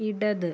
ഇടത്